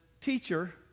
teacher